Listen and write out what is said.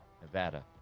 Nevada